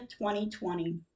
2020